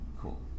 Cool